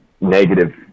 negative